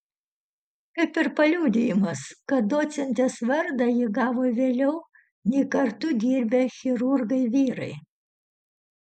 kaip ir paliudijimas kad docentės vardą ji gavo vėliau nei kartu dirbę chirurgai vyrai